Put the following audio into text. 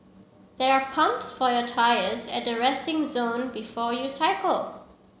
there are pumps for your tyres at the resting zone before you cycle